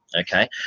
Okay